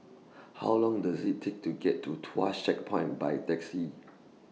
How Long Does IT Take to get to Tuas Checkpoint By Taxi